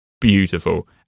beautiful